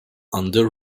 under